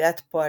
בספרית פועלים.